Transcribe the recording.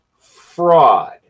fraud